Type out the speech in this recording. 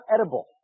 edible